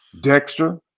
Dexter